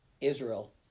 Israel